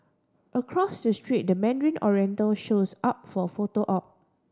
across the street the Mandarin Oriental shows up for a photo op